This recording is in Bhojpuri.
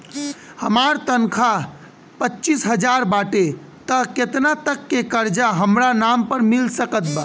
हमार तनख़ाह पच्चिस हज़ार बाटे त केतना तक के कर्जा हमरा नाम पर मिल सकत बा?